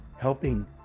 helping